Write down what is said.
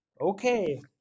Okay